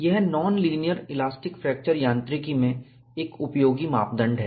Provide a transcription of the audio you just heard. यह nonlinear elastic fracture यांत्रिकी में एक उपयोगी मापदंड है